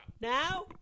Now